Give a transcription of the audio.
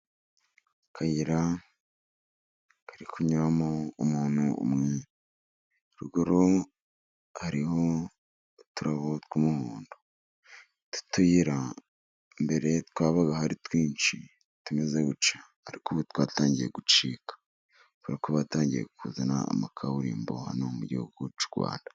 Akayira kari kunyuramo umuntu umwe, ruguru hariho uturabo tw'umuhondo. Utu tuyira mbere twabaga ari twinshi tumeze gutya, ariko ubu twatangiye gucika, kubera ko batangiye kuzana amakaburimbo mu gihugu cy'u Rwanda.